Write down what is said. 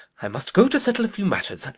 i must go to settle a few matters.